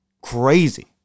crazy